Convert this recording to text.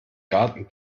garten